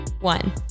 one